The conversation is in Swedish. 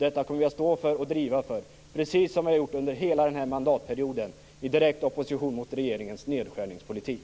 Detta kommer vi att stå för och driva, precis som vi har gjort under hela den här mandatperioden i direkt opposition mot regeringens nedskärningspolitik.